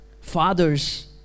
fathers